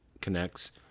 connects